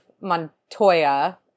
Montoya